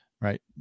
Right